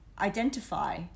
identify